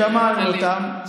שמענו אותם.